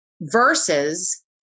versus